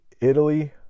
italy